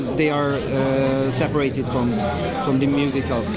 they are separated from from the musical scene.